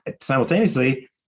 simultaneously